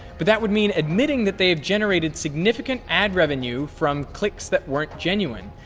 but that would mean admitting that they have generated significant ad revenue from clicks that weren't genuine,